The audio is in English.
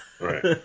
Right